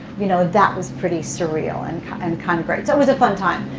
you know that was pretty surreal and and kind of great. so it was a fun time.